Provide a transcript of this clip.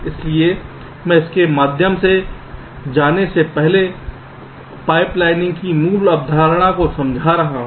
इसलिए मैं इसके माध्यम से जाने से पहले पहले पाइपलाइनिंग की मूल अवधारणा को समझा रहा हूं